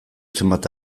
zenbait